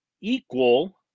equal